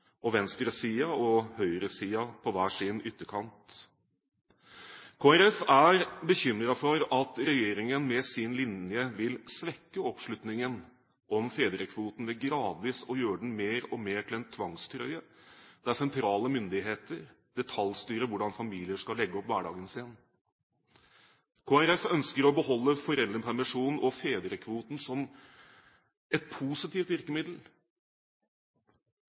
og venstresiden og høyresiden på hver sin ytterkant. Kristelig Folkeparti er bekymret for at regjeringen med sin linje vil svekke oppslutningen om fedrekvoten ved gradvis å gjøre den mer og mer til en tvangstrøye, der sentrale myndigheter detaljstyrer hvordan familier skal legge opp hverdagen sin. Kristelig Folkeparti ønsker å beholde foreldrepermisjonen og fedrekvoten som et positivt virkemiddel